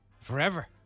Forever